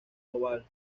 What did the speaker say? oval